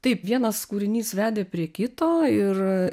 taip vienas kūrinys vedė prie kito ir